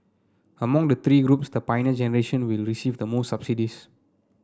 among the three groups the Pioneer Generation will receive the most subsidies